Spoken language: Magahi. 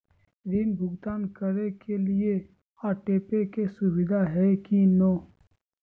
ऋण भुगतान करे के लिए ऑटोपे के सुविधा है की न?